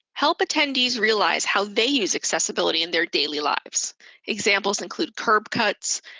help attendees realize how they use accessibility in their daily lives examples include curb cuts,